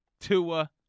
Tua